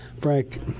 Frank